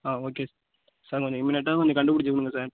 ஆ okay sir கொஞ்சம் இமீடியட்டாக கொஞ்சம் கண்டுப்பிடிச்சு கொடுங்க சார்